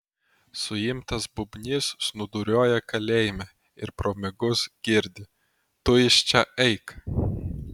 suimtas bubnys snūduriuoja kalėjime ir pro miegus girdi tu iš čia eik